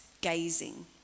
gazing